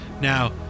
Now